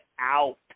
out